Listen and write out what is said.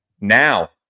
Now